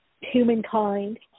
humankind